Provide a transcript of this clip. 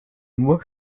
nur